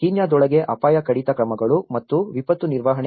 ಕೀನ್ಯಾದೊಳಗೆ ಅಪಾಯ ಕಡಿತ ಕ್ರಮಗಳು ಮತ್ತು ವಿಪತ್ತು ನಿರ್ವಹಣೆ